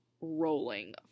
rolling